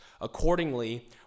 Accordingly